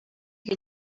che